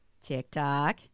TikTok